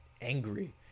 angry